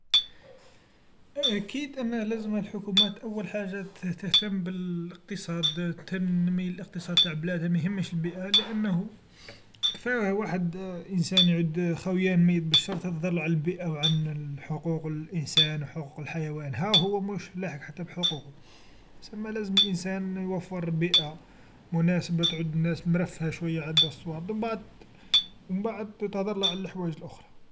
أكيد أن لازم الحكومات أول حاجه تهتم أول شي بالإقتصاد، تنمي الإقتصاد نتاع بلادها ما يهمش البيئه لأنه كيفاه واحد الإنسان يعد خاوي ميت بالشر تهدرله عن البيئه و هو حقوق الإنسان و حقوق الحيوان، هاهو هو و مش لاحق حتى الحقوق سمى لازم الإنسان يوفر بيئه مناسبه تعود الناس مرفها شويا عندها الصوالد و منبعد مبعد تهدرله على حوايج وحدخرا.